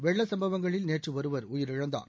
வெள்ள சம்பவங்களில் நேற்று ஒருவர் உயிரிழந்தார்